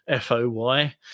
foy